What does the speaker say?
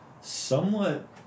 somewhat